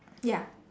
ya